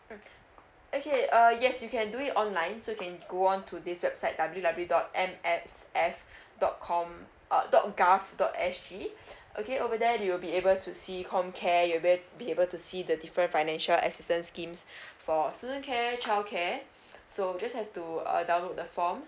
mm okay uh yes you can do it online so you can go on to this website W W W dot M S F dot com uh dot gov dot S G okay over there you'll be able to see com care you're able to see the different financial assistance schemes for student care childcare so just have to uh download the form